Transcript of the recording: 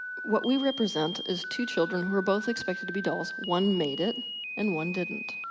what we represent is two children who were both expected to be dolls. one made it and one didn't.